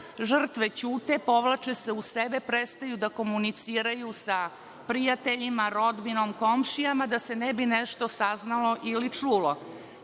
žrtve ćute, povlače se u sebe, prestaju da komuniciraju sa prijateljima, rodbinom, komšijama da se ne bi nešto saznalo ili